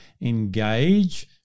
engage